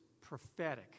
prophetic